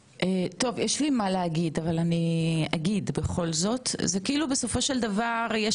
יש לי מה להגיד ואגיד בכל זאת: זה כאילו שבסופו של דבר יש